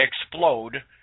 explode